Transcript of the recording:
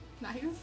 Nice